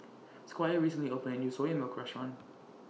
Squire recently opened A New Soya Milk Restaurant